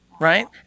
Right